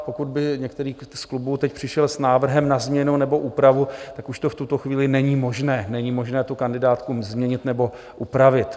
Pokud by některý z klubů teď přišel s návrhem na změnu nebo úpravu, tak už to v tuto chvíli není možné, není možné tu kandidátku změnit nebo upravit.